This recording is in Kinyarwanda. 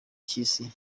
cy’isi